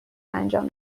انجام